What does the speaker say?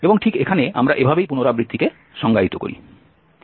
এবং ঠিক এখানে আমরা এভাবেই পুনরাবৃত্তিকে সংজ্ঞায়িত করি